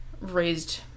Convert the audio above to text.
raised